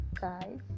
guys